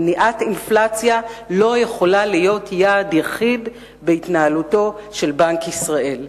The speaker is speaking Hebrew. מניעת אינפלציה לא יכולה להיות יעד יחיד בהתנהלותו של בנק ישראל.